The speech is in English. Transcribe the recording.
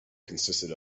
consisted